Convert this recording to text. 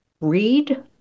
read